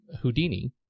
Houdini